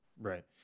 Right